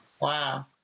wow